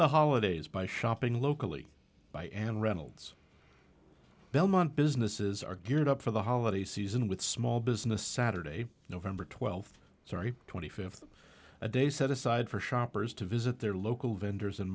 the holidays by shopping locally by and reynolds belmont businesses are geared up for the holiday season with small business saturday nov twelfth sorry twenty fifth a day set aside for shoppers to visit their local vendors